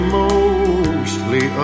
mostly